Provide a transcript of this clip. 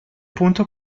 punto